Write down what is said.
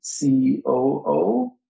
COO